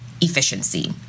efficiency